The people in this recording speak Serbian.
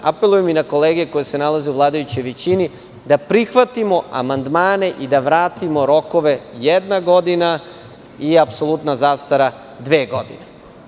Apelujem i na kolege koje se nalaze u vladajućoj većini da prihvatimo amandmane i da vratimo rokove – jedna godina i apsolutna zastara - dve godine.